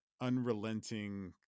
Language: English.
unrelenting